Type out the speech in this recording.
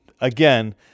again